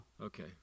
Okay